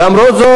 למרות זאת,